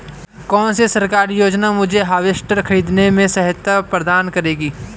कौन सी सरकारी योजना मुझे हार्वेस्टर ख़रीदने में सहायता प्रदान करेगी?